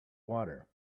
water